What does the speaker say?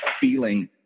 feeling